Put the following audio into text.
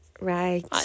right